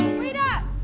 wait up!